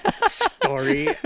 story